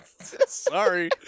Sorry